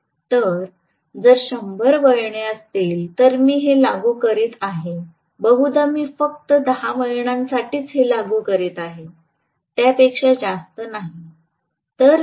तर जर शंभर वळणे असतील तर मी हे लागू करीत आहे बहुधा मी फक्त दहा वळणांसाठीच हे लागू करीत आहे त्यापेक्षा जास्त काही नाही